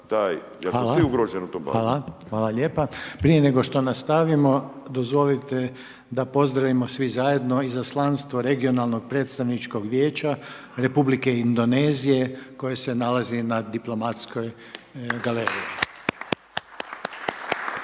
Hvala. Hvala lijepa. Prije nego što nastavimo, dozvolite da pozdravimo svi zajedno Izaslanstvo regionalnog predstavničkog vijeća Republike Indonezije koje se nalazi na diplomatskoj galeriji.